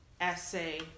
essay